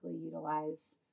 utilize